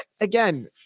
again